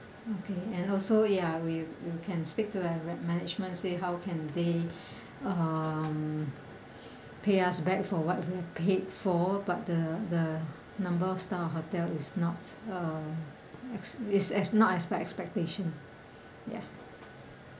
okay and also ya we you can speak to your management say how can they um pay us back for what we've paid for but the the number of star hotel is not uh is as not expect expectation ya